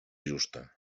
justa